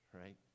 right